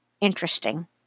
Interesting